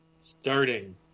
starting